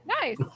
nice